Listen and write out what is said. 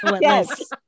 yes